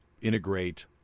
integrate